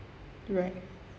right